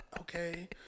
Okay